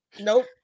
nope